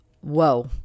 Whoa